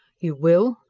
you will.